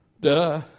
Duh